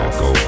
go